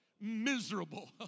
miserable